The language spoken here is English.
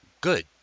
good